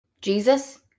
Jesus